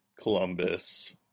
Columbus